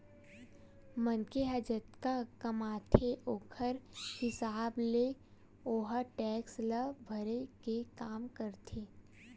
मनखे ह जतका कमाथे ओखर हिसाब ले ओहा टेक्स ल भरे के काम करथे